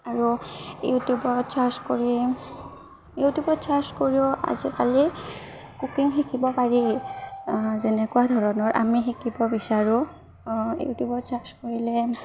আৰু ইউটিউবত চাৰ্চ কৰি ইউটিউবত চাৰ্চ কৰিও আজিকালি কুকিং শিকিব পাৰি যেনেকুৱা ধৰণৰ আমি শিকিব বিচাৰোঁ ইউটিউবত চাৰ্চ কৰিলে